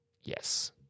Yes